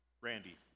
Randy